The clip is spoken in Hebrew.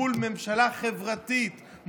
מול ממשלה חברתית,